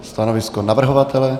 Stanovisko navrhovatele?